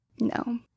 No